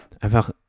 einfach